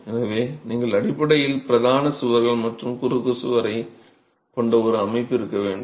எனவே நீங்கள் அடிப்படையில் பிரதான சுவர் மற்றும் குறுக்கு சுவரைக் கொண்ட ஒரு அமைப்பு இருக்க வேண்டும்